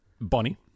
Bonnie